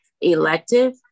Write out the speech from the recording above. elective